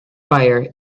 fire